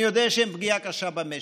אני יודע שהם פגיעה קשה במשק,